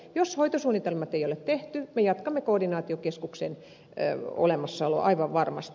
jos hoitosuunnitelmat eivät ole tehty me jatkamme koordinaatiokeskuksen olemassaoloa aivan varmasti